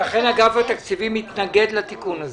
--- לכן אגף התקציבים מתנגד לתיקון הזה.